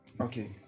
okay